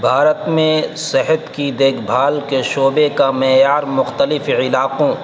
بھارت میں صحت کی دیکھ بھال کے شعبے کا معیار مختلف علاقوں